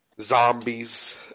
zombies